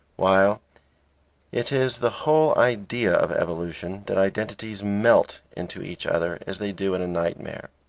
while it is the whole idea of evolution that identities melt into each other as they do in a nightmare.